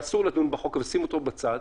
שאסור לדון בחוק ושימו אותו בצד,